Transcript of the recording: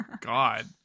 god